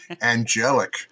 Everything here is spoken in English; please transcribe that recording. angelic